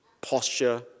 posture